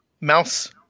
mouse